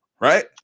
right